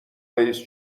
رئیس